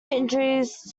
injuries